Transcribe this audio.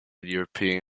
european